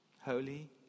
holy